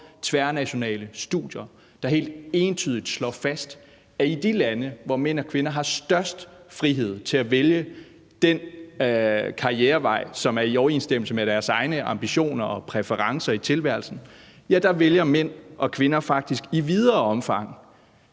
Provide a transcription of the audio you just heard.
tværnationale studier, der helt entydigt slår fast, at i de lande, hvor mænd og kvinder har størst frihed til at vælge den karrierevej, som er i overensstemmelse med deres egne ambitioner og præferencer i tilværelsen, vælger mænd og kvinder faktisk i videre omfang